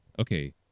okay